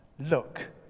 Look